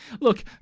look